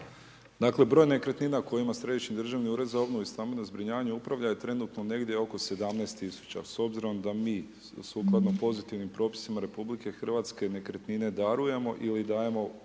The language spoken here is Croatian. Dakle, broj nekretnina koji ima Središnji državni ured za obnovu i stambeno zbrinjavanje upravlja trenutno negdje oko 17 000. S obzirom da mi sukladno pozitivnim propisima RH nekretnine darujemo ili dajemo